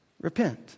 repent